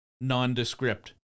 nondescript